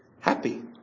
happy